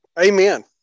Amen